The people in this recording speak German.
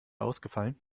ausgefallen